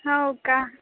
हो का